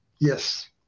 Yes